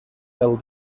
del